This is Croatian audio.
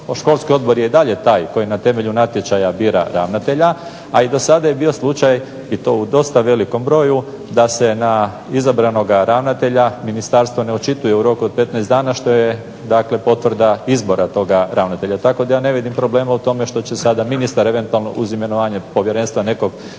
školski odbor je i dalje taj koji na temelju natječaja bira ravnatelja, a i do sada je bio slučaj i to u dosta velikom broju da se na izabranoga ravnatelja ministarstva ne očituju u roku od 15 dana što je dakle potvrda izbora toga ravnatelja. Tako da je ne vidim problema u tome što će sada ministar eventualno uz imenovanje povjerenstva nekog, što